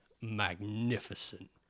magnificent